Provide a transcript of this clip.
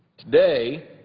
today,